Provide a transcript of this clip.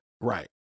right